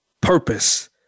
purpose